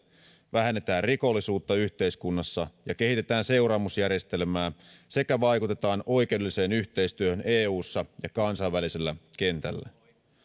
vähennetään rikollisuutta yhteiskunnassa ja kehitetään seuraamusjärjestelmää sekä vaikutetaan oikeudelliseen yhteistyöhön eussa ja kansainvälisellä kentällä